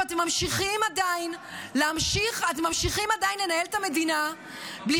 שאתם ממשיכים עדיין לנהל את המדינה בלי